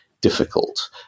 difficult